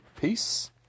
Peace